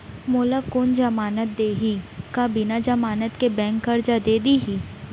मोला कोन जमानत देहि का बिना जमानत के बैंक करजा दे दिही?